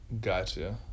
gotcha